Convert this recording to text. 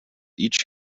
each